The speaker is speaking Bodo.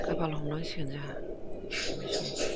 खाफाल हमनांसिगोन जोंहा बे समाव